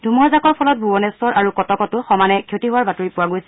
ধুমুহাজাকৰ ফলত ভূৱনেধৰ আৰু কটকতো সমানে ক্ষতি হোৱাৰ বাতৰি পোৱা গৈছে